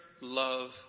love